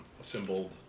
assembled